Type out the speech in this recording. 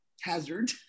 hazard